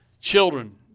children